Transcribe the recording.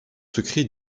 secrets